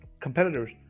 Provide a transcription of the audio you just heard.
competitors